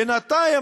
בינתיים,